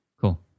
Cool